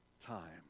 time